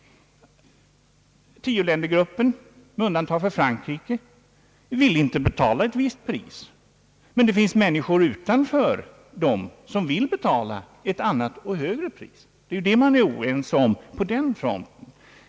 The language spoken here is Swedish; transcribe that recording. Tioländergruppen, med undantag av Frankrike, vill inte betala ett visst pris därpå, men det finns andra utanför denna grupp som vill betala ett annat och högre pris. Det är den saken man är oense om på den fronten.